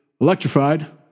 electrified